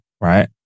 right